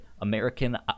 American